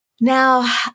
Now